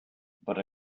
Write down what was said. but